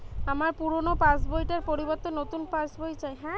আমার পুরানো পাশ বই টার পরিবর্তে নতুন পাশ বই চাই